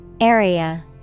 Area